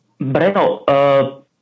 Breno